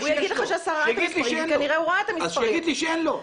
שיגיד לי שאין לו.